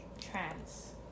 trans